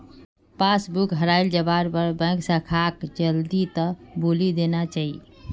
passbook हराई जवार पर बैंक शाखाक जल्दीत बोली देना चाई